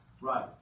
Right